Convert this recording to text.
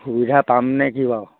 সুবিধা পাম নে কি বাৰু